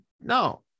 No